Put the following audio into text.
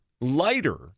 lighter